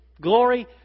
Glory